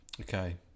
Okay